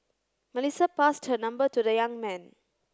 Melissa passed her number to the young man